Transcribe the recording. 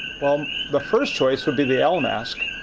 um the first choice would be the l mask.